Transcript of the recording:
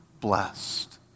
blessed